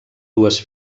dues